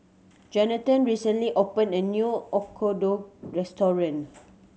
Jonathon recently opened a new Oyakodon Restaurant